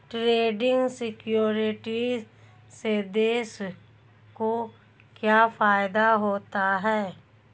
Trading securities से देश को क्या फायदा होता है?